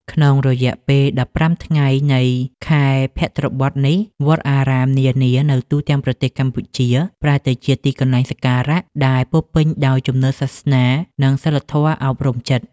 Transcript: ក្នុងរយៈពេល ១៥ ថ្ងៃនៃខែភទ្របទនេះ វត្តអារាមនានានៅទូទាំងប្រទេសកម្ពុជា ប្រែទៅជាទីកន្លែងសក្ការៈដែលពោរពេញដោយជំនឿសាសនា និងសីលធម៌អប់រំចិត្ត។